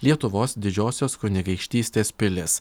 lietuvos didžiosios kunigaikštystės pilis